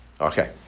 Okay